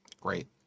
Great